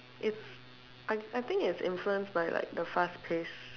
it's I I think it's influence by the fast pace